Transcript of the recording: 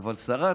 אבל שרת